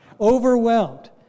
overwhelmed